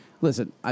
listen